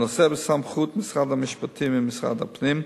הנושא הוא בסמכות משרד המשפטים ומשרד הפנים.